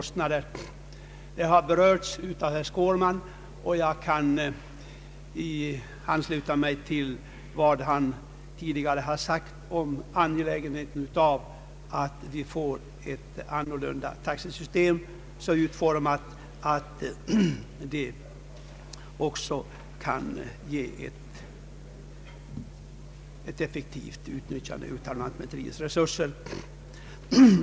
Denna sak har berörts av herr Skårman, och jag kan ansluta mig till vad han tidigare har sagt om angelägenheten av att vi får ett annorlunda gestaltat taxesystem, så utformat att det också kan medföra ett effektivt utnyttjande av lantmäteriets resurser.